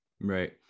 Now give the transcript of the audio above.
Right